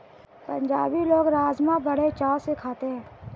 पंजाबी लोग राज़मा बड़े चाव से खाते हैं